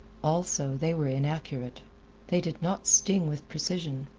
also, they were inaccurate they did not sting with precision.